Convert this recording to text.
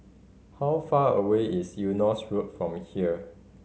how far away is Eunos Road from here